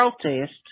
protest